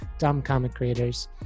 dumbcomiccreators